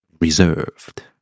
Reserved